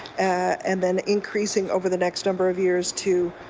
and then increasing over the next number of years to